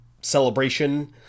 celebration